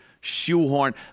shoehorn